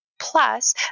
Plus